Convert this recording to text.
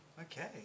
Okay